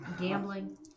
Gambling